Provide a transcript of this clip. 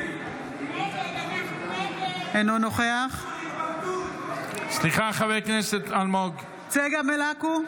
אינו נוכח צגה מלקו,